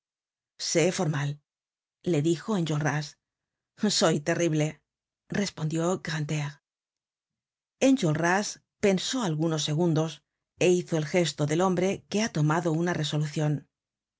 sé formal le dijoenjolras soy terrible respondió grantaire enjolras pensó algunos segundos é hizo el gesto del hombre que ha tomado una resolucion